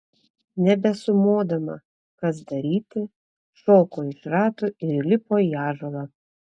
nebesumodama kas daryti šoko iš ratų ir įlipo į ąžuolą